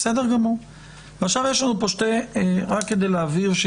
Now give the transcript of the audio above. רק כדי להבהיר,